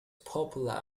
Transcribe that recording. popular